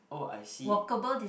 oh I see